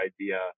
idea